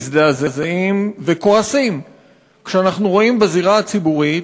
מזדעזעים וכועסים כשאנחנו רואים בזירה הציבורית